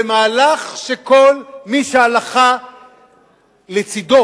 זה מהלך שכל מי שההלכה לצדו,